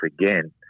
again